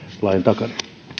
lain takana